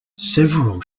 several